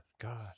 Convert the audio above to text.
god